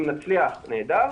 אם נצליח נהדר,